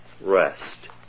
rest